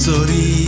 Sorry